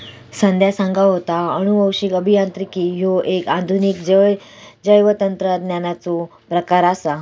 संध्या सांगा होता, अनुवांशिक अभियांत्रिकी ह्यो एक आधुनिक जैवतंत्रज्ञानाचो प्रकार आसा